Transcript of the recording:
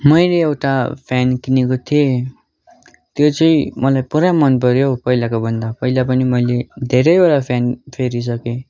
मैले एउटा फ्यान किनेको थिएँ त्यो चाहिँ मलाई पुरा मन पऱ्यो पहिलाको भन्दा पहिला पनि मैले धेरैवटा फ्यान फेरिसकेँ